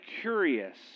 curious